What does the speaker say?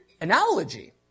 analogy